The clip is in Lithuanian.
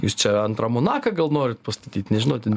jūs čia antrą monaką gal norit pastatyt nežinau ten